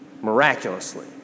Miraculously